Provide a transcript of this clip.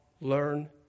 learn